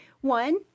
One